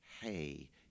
hey